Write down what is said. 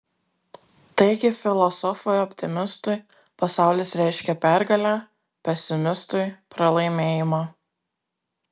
taigi filosofui optimistui pasaulis reiškia pergalę pesimistui pralaimėjimą